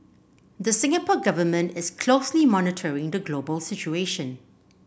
the Singapore Government is closely monitoring the global situation